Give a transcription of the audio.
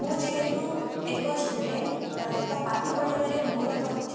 ମୁଁ ଯେହେତୁ ଏକ ଷ୍ଟୁଡ଼େଣ୍ଟ୍ ତ ପାଠ ପଢ଼ିବାରେ ମୋର ମଧ୍ୟ